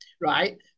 right